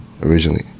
Originally